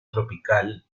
tropical